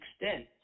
extent